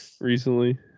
recently